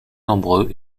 nombreux